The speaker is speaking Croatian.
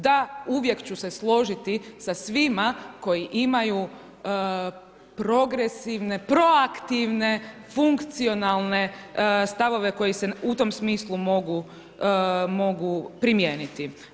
Da uvijek ću se složiti sa svima koji imaju progresivne, proaktivne, funkcionalne stavove koji se u tom smislu mogu primijeniti.